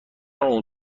اون